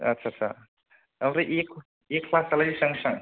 आदसा आदसा ओमफ्राय ए ए ख्लासयालाय बेसेबां बेसेबां